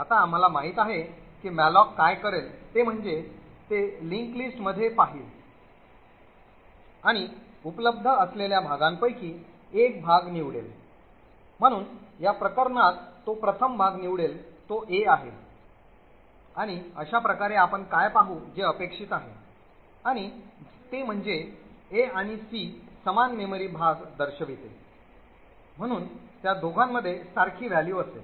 आता आम्हाला माहित आहे की मॅलोक काय करेल ते म्हणजे ते link list मध्ये पाहिल आणि उपलब्ध असलेल्या भागांपैकी एक भाग निवडेल म्हणून या प्रकरणात तो प्रथम भाग निवडेल तो a आहे आणि अशा प्रकारे आपण काय पाहू जे अपेक्षित आहे आणि ते म्हणजे a आणि c समान मेमरी भाग दर्शविते म्हणून त्या दोघांमध्ये सारखी value असेल